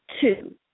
Two